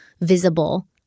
visible